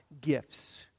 gifts